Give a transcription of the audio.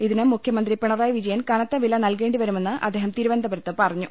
ഇതിന് മുഖ്യമന്ത്രി പിണറായി വിജയൻ കനത്ത വില നൽകേണ്ടിവരുമെന്ന് അദ്ദേഹം തിരുവനന്തപുരത്ത് പറ ഞ്ഞു